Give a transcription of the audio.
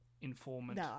informant